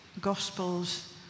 Gospels